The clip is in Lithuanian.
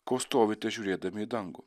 ko stovite žiūrėdami į dangų